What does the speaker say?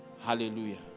Hallelujah